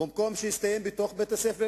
ובמקום שיסתיים בתוך בית-הספר